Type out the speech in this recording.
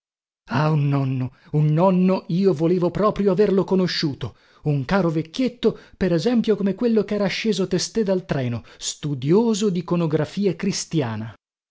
ah un nonno un nonno io volevo proprio averlo conosciuto un caro vecchietto per esempio come quello chera sceso testé dal treno studioso diconografia cristiana